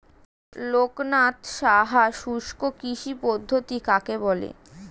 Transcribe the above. লোকনাথ সাহা শুষ্ককৃষি পদ্ধতি কাকে বলে?